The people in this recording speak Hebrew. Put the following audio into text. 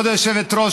כבוד היושבת-ראש,